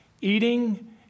eating